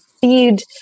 feed